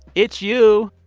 it's you.